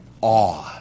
awe